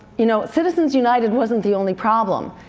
you know citizens united wasn't the only problem.